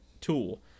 tool